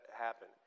happen